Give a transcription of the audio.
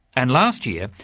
and last year,